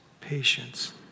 patience